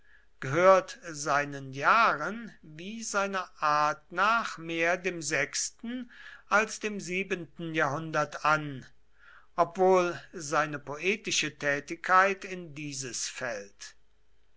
gehört seinen jahren wie seiner art nach mehr dem sechsten als dem siebenten jahrhundert an obwohl seine poetische tätigkeit in dieses fällt